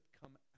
come